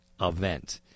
event